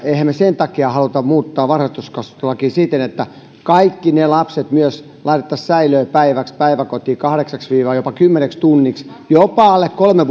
emmehän me sen takia halua muuttaa varhaiskasvatuslakia siten että kaikki lapset laitettaisiin säilöön päiväksi päiväkotiin kahdeksaksi jopa kymmeneksi tunniksi jopa alle kolme